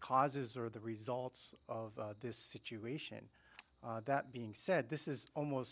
causes or the results of this situation that being said this is almost